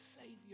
Savior